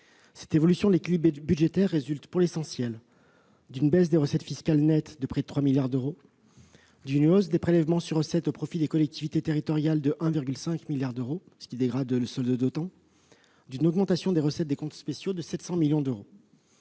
Cette évolution de l'équilibre budgétaire résulte pour l'essentiel d'une baisse des recettes fiscales nettes de près de 3 milliards d'euros, d'une hausse des prélèvements sur recettes au profit des collectivités territoriales de 1,5 milliard d'euros et d'une augmentation des recettes des comptes spéciaux de 700 millions d'euros.